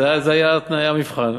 זה היה תנאי המבחן.